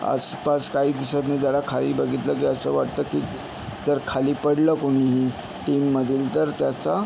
आसपास काही दिसत नाही जरा खाई बघितलं की असं वाटतं की तर खाली पडलं कुणीही टीममधील तर त्याचा